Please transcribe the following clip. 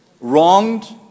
wronged